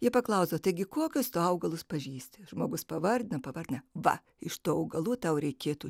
ji paklausė taigi kokius augalus pažįsti žmogus pavardina pavardina va iš tų augalų tau reikėtų